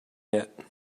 yet